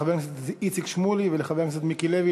לחבר הכנסת איציק שמולי ולחבר הכנסת מיקי לוי,